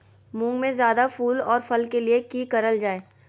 मुंग में जायदा फूल और फल के लिए की करल जाय?